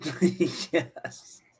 Yes